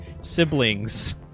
siblings